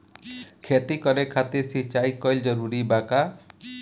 खेती करे खातिर सिंचाई कइल जरूरी बा का?